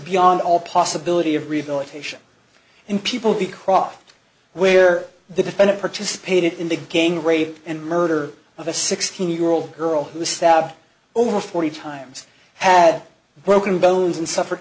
beyond all possibility of rehabilitation and people be crossed where the defendant participated in the gang rape and murder of a sixteen year old girl who was stabbed over forty times had broken bones and suffer